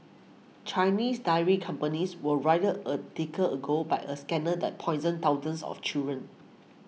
Chinese dairy companies were roiled a decade ago by a scandal that poisoned thousands of children